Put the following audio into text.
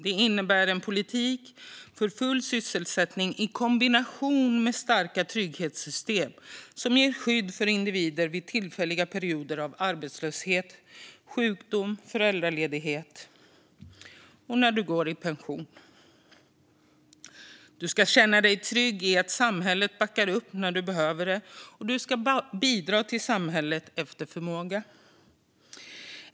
Det innebär en politik för full sysselsättning i kombination med starka trygghetssystem som ger ett skydd för individer vid tillfälliga perioder av arbetslöshet, sjukdom och föräldraledighet samt när du går i pension. Du ska känna dig trygg i att samhället backar upp dig när du behöver det, och du ska bidra till samhället efter förmåga.